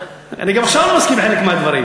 אני גם עכשיו לא מסכים עם חלק מהדברים.